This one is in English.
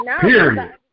Period